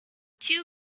two